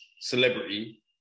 celebrity